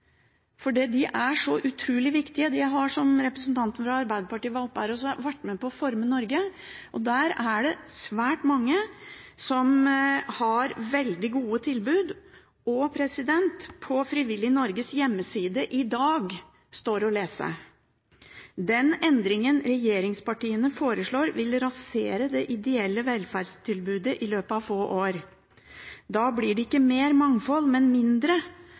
arbeidet, for de er så utrolig viktige. De har, som representanten fra Arbeiderpartiet var her oppe og sa, vært med på å forme Norge. Der er det svært mange som har veldig gode tilbud. På Frivillighet Norges hjemmeside i dag står å lese: «Den endringen regjeringspartiene foreslår vil rasere det ideelle velferdstilbudet i løpet av få år. Da blir det ikke mer mangfold, men mindre,